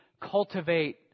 cultivate